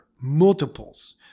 multiples